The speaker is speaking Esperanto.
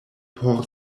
por